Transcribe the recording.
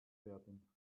werden